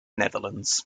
netherlands